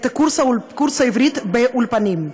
את קורס העברית באולפנים.